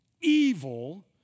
evil